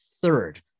Third